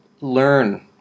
learn